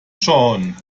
schon